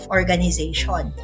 organization